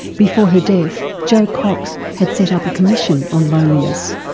before her death, jo cox had set up a commission on loneliness.